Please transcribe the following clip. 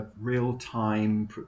real-time